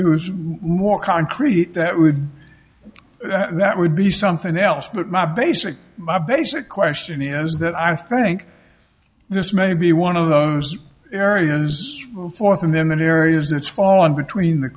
it was more concrete that would that would be something else but my basic my basic question is that i think this may be one of those areas fourth and then areas that's fallen between the